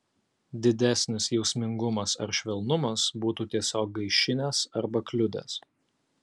didesnis jausmingumas ar švelnumas būtų tiesiog gaišinęs arba kliudęs